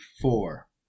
four